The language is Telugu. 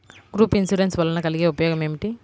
గ్రూప్ ఇన్సూరెన్స్ వలన కలిగే ఉపయోగమేమిటీ?